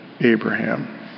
Abraham